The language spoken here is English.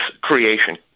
creation